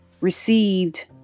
received